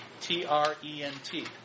T-R-E-N-T